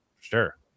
Sure